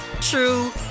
true